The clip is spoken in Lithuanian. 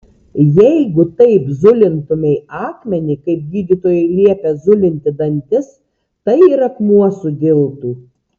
jeigu taip zulintumei akmenį kaip gydytojai liepia zulinti dantis tai ir akmuo sudiltų